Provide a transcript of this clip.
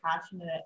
passionate